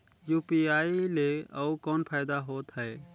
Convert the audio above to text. UPI ले अउ कौन फायदा होथ है?